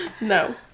no